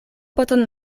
poton